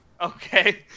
Okay